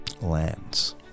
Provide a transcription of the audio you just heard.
lands